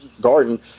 garden